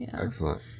Excellent